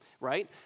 right